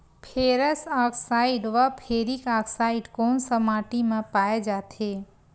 Ferrous oxide व ferric oxide कोन सा माटी म पाय जाथे?